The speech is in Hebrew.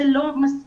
זה לא מספיק.